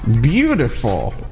beautiful